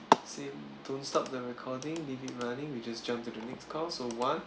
same don't stop the recording leave it running we just jump to the next call so one